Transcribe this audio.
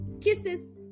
Kisses